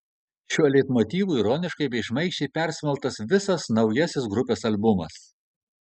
šiuo leitmotyvu ironiškai bei šmaikščiai persmelktas visas naujasis grupės albumas